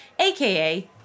aka